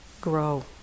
grow